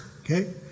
okay